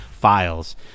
files